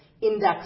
index